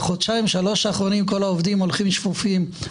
בחודשיים-שלושה האחרונים כל העובדים הולכים שפופים.